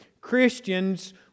Christians